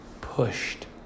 pushed